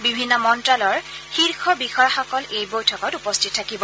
বিভিন্ন মন্ত্যালয়ৰ শীৰ্ষ বিষয়াসকল এই বৈঠকত উপস্থিত থাকিব